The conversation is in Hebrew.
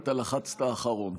אתה לחצת אחרון.